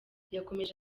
yakomeje